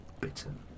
bitten